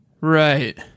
right